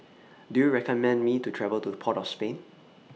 Do YOU recommend Me to travel to Port of Spain